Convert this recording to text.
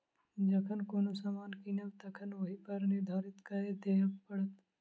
जखन कोनो सामान कीनब तखन ओहिपर निर्धारित कर देबय पड़त